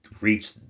reach